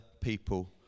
people